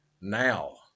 Now